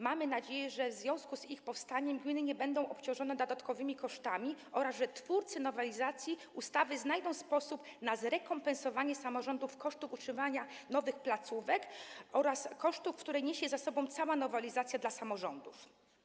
Mamy nadzieję, że w związku z ich powstaniem gminy nie będą obciążone dodatkowymi kosztami oraz że twórcy nowelizacji ustawy znajdą sposób na zrekompensowanie samorządom kosztów utrzymania nowych placówek oraz kosztów, które niesie ze sobą ta nowelizacja dla samorządów.